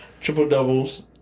triple-doubles